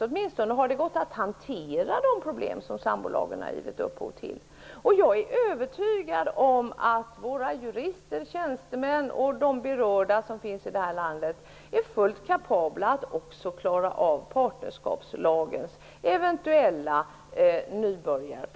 Åtminstone har det gått att hantera de problem som sambolagen har givit upphov till. Jag är övertygad om att våra jurister och andra tjänstemän liksom de berörda här i landet är fullt kapabla att också klara av partnerskapslagens eventuella ''barnsjukdomar''.